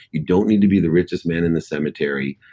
you don't need to be the richest man in the cemetery.